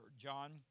John